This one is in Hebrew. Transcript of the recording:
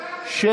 הלו,